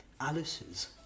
Alice's